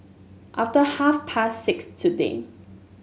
after half past six today